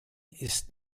ist